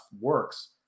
works